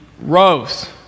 rose